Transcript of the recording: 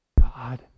God